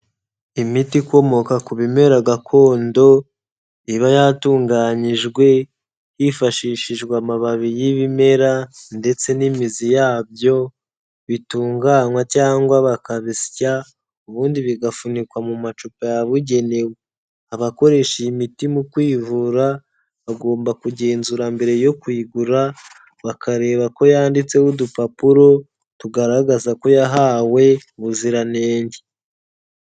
Imiti ikomoka ku bimera gakondo iba yatunganyijwe, hifashishijwe amababi y'ibimera ndetse n'imizi yabyo, bitunganywa cyangwa bakabisya ubundi bigafunikwa mu macupa yababugenewe. Abakoresha iyi miti mu kwivura bagomba kugenzura mbere yo kuyigura, bakareba ko yanditseho udupapuro tugaragaza ko yahawe ubuziranenge.